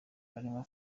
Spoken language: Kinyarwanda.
barimo